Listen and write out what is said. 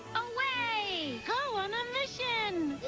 away! go on a mission!